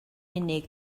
unig